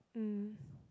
mm